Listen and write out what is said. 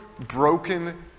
broken